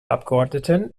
abgeordneten